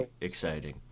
exciting